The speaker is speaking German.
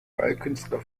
ballkünstler